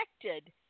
connected